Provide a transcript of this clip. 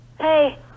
Hey